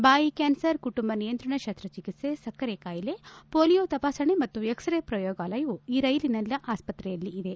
ಬಾಯಿ ಕ್ಯಾನ್ಸರ್ ಕುಟುಂಬ ನಿಯಂತ್ರಣ ಶಸ್ತಚಿಕಿತ್ಸೆ ಸಕ್ಕರೆ ಕಾಯಿಲೆ ಪೋಲಿಯೋ ತಪಾಸಣೆ ಮತ್ತು ಎಕ್ಸರೇ ಪ್ರಯೋಗಾಲಯವು ಈ ರೈಲಿನ ಆಸ್ತತೆಯಲ್ಲಿ ಇದೆ